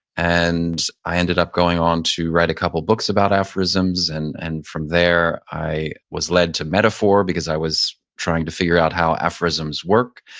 and i ended up going on to write a couple books about aphorisms. and and from there, i was led to metaphor because i was trying to figure out how aphorisms work.